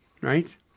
Right